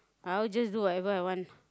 I will just do whatever I want